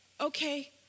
okay